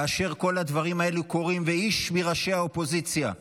כאשר כל הדברים האלה קורים ואיש מראשי האופוזיציה,